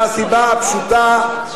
מהסיבה הפשוטה,